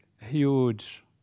huge